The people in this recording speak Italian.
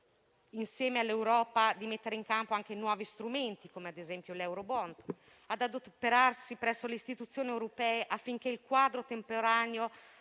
insieme all'Europa di mettere in campo anche nuovi strumenti, come l'eurobond; adoperarsi presso le istituzioni europee affinché il quadro temporaneo